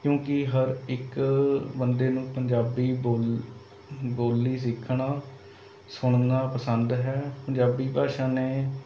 ਕਿਉਂਕਿ ਹਰ ਇੱਕ ਬੰਦੇ ਨੂੰ ਪੰਜਾਬੀ ਬੋਲ ਬੋਲੀ ਸਿੱਖਣਾ ਸੁਣਨਾ ਪਸੰਦ ਹੈ ਪੰਜਾਬੀ ਭਾਸ਼ਾ ਨੇ